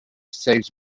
saves